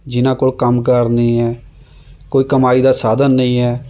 ਜਿਹਨਾਂ ਕੋਲ ਕੰਮ ਕਾਰ ਨਹੀਂ ਹੈ ਕੋਈ ਕਮਾਈ ਦਾ ਸਾਧਨ ਨਹੀਂ ਹੈ